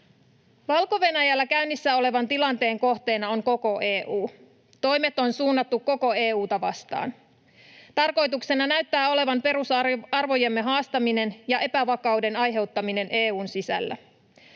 Valko-Venäjällä käynnissä olevan tilanteen kohteena on koko EU. Toimet on suunnattu koko EU:ta vastaan. Tarkoituksena näyttää olevan perusarvojemme haastaminen ja epävakauden aiheuttaminen EU:n sisällä.